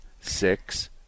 six